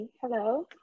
Hello